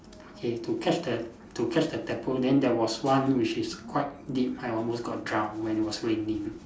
okay to catch the to catch the tadpole then there was one which is quite deep I almost got drowned when it was raining